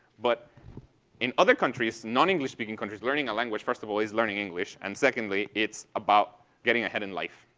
but in other countries, non english speaking countries, learning a language, first of all, is learning english, and secondly, it's about getting ahead in life,